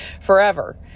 Forever